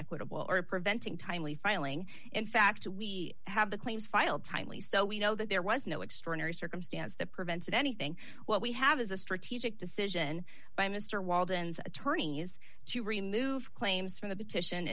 equitable or preventing timely filing in fact we have the claims filed timely so we know that there was no extraordinary circumstance that prevented anything what we have is a strategic decision by mr walden's attorneys to remove claims from the petition